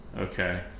Okay